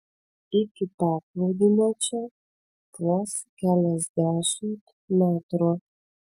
iki paplūdimio čia vos keliasdešimt metrų